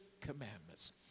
commandments